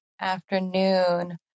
afternoon